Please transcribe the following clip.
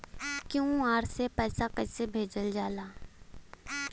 QR से पैसा कैसे भेजल जाला?